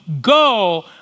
go